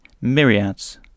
myriads